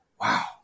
Wow